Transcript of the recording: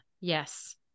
yes